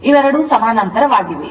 ಇವೆರಡೂ ಸಮಾನಾಂತರವಾಗಿವೆ